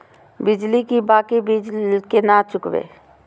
बिजली की बाकी बील केना चूकेबे?